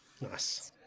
Nice